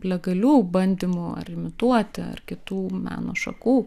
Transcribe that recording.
legalių bandymų ar imituoti ar kitų meno šakų